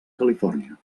califòrnia